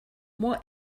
more